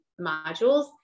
modules